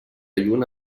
lluna